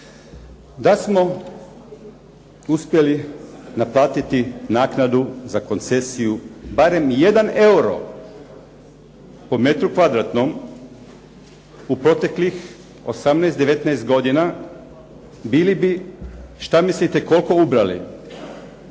Da smo uspjeli naplatiti naknadu za koncesiju barem 1 euro po metru kvadratnom u proteklih 18, 19 godina bili bi, što mislite koliko ubrali?